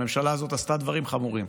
הממשלה הזאת עשתה דברים חמורים,